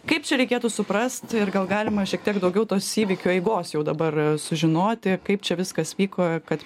kaip čia reikėtų suprast ir gal galima šiek tiek daugiau tos įvykių eigos jau dabar sužinoti kaip čia viskas vyko ir kad